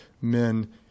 men